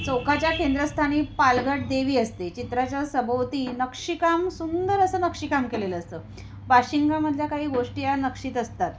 चौकाच्या केंद्रस्थानी पालघट देवी असते चित्राच्या सभोवती नक्षीकाम सुंदर असं नक्षीकाम केलेलं असतं बाशिंगामधल्या काही गोष्टी या नक्षीत असतात